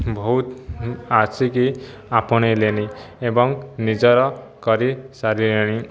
ବହୁତ ଆସିକି ଆପଣେଇଲେଣି ଏବଂ ନିଜର କରି ସାରିଲେଣି